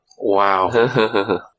Wow